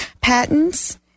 patents